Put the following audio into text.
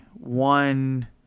one